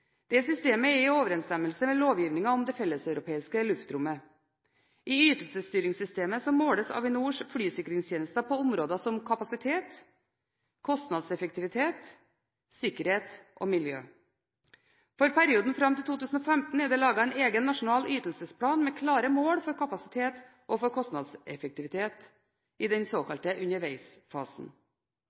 om det felleseuropeiske luftrommet. I ytelsesstyringssystemet måles Avinors flysikringstjenester på områdene kapasitet, kostnadseffektivitet, sikkerhet og miljø. For perioden fram til 2015 er det laget en egen nasjonal ytelsesplan med klare mål for kapasitet og kostnadseffektivitet i den såkalte